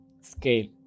scale